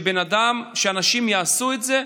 שאנשים יעשו את זה.